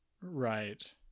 Right